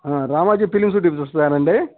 ఆ Ramoji film city చుపిస్తారాండి